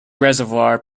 reservoir